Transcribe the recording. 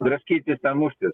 draskytis tą muštis